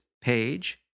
page